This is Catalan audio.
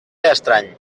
estrany